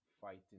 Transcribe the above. fighting